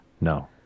no